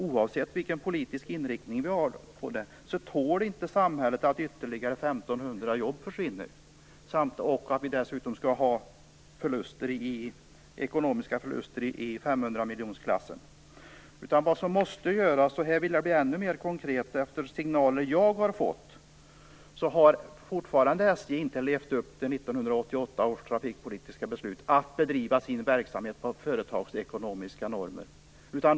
Oavsett politisk inriktning tål inte samhället att ytterligare 1 500 jobb försvinner och därtill ekonomiska förluster i femhundramiljonerkronorsklassen. Enligt signaler jag har fått har SJ fortfarande inte levt upp till 1988 års trafikpolitiska beslut - att bedriva sin verksamhet enligt företagsekonomiska normer.